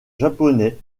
japonais